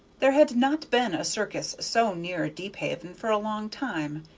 there had not been a circus so near deephaven for a long time,